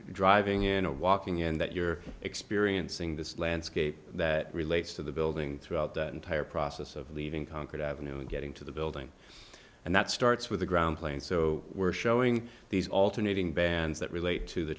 driving in or walking in that you're experiencing this land scape that relates to the building throughout that entire process of leaving concord avenue and getting to the building and that starts with the ground plane so we're showing these alternating bands that relate to the